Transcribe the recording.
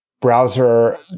browser